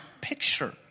picture